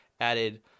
added